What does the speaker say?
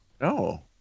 No